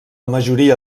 majoria